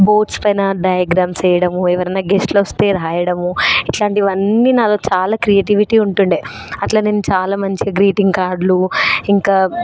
boards పైన diagrams వెయ్యడము ఎవరన్నా గెస్ట్స్ వస్తే రాయడము ఇట్లాంటివన్ని నాతో చాలా క్రియేటివిటీ ఉంటుండే అట్ల నేను చాలా మంచిగా గ్రీటింగ్ కార్డ్లు ఇంకా